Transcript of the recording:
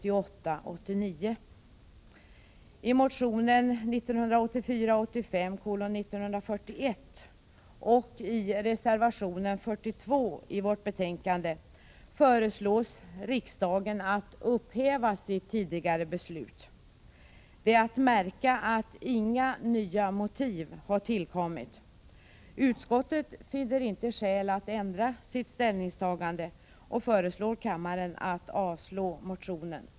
I motionen 1984/ 85:1941 och i reservationen 42 i vårt betänkande föreslås riksdagen att upphäva sitt tidigare beslut. Det är att märka att inga nya motiv har tillkommit. Utskottet finner inte skäl att ändra sitt ställningstagande och föreslår kammaren att avslå motionen.